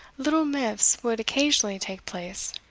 little miffs would occasionally take place.